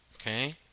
Okay